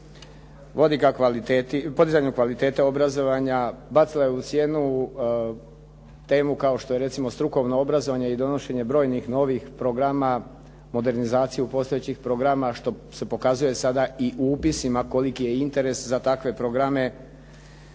vodi ka kvaliteti, podizanju kvalitete obrazovanja. Bacila je u sjenu temu kao što je recimo strukovno obrazovanje i donošenje brojnih novih programa modernizacije postojećih programa što se pokazuje sada i upisima koliki je interes za takve programe,